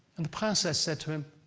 and the princesse said to him,